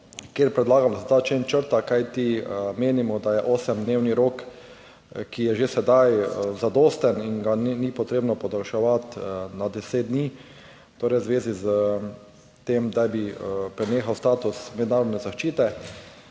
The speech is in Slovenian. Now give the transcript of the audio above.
kjer predlagamo, da se ta člen črta, kajti menimo, da je osemdnevni rok, ki je že sedaj zadosten in ga ni potrebno podaljševati na deset dni, torej v zvezi s tem, da bi prenehal status mednarodne zaščite.